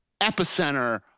epicenter